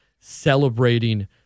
celebrating –